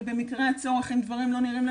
ובמקרה הצורך אם דברים לא נראים לנו,